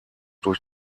durch